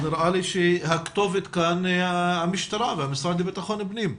אז נראה לי שהכתובת כאן היא המשטרה והמשרד לביטחון פנים.